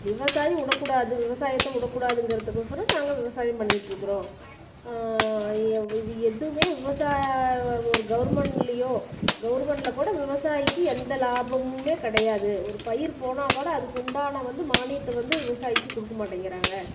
விவசாயி விட கூடாது விவசாயத்தை விட கூடாதுங்குறதுக்கோசரம் நாங்கள் விவசாயம் பண்ணிக்கிட்டு இருக்கிறோம் எதுவுமே விவசாயம் ஒரு கவர்மெண்டுலேயோ கவர்மெண்டில் கூட விவசாயிக்கு எந்த லாபமுமே கிடையாது ஒரு பயிர் போனால் கூட அதுக்கு உண்டான வந்து மானியத்தை வந்து விவசாயிக்கு கொடுக்க மாட்டேங்கிறாங்க